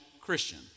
Christian